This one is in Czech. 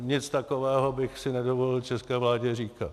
Nic takového bych si nedovolil české vládě říkat.